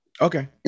Okay